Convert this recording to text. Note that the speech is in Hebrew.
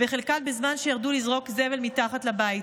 וחלקן בזמן שירדו לזרוק זבל מתחת לבית.